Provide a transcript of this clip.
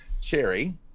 Cherry